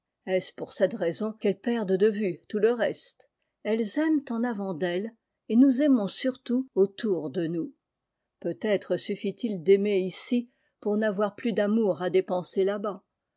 pour cette raison qu'elles perdent de vue tout le reste elles aiment en avant d'elles et nous aimons surtout autour de nous peut-être suffit-il d'aimer ici pour n'avoir plus d'amour à dépenser